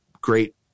great